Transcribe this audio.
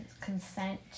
consent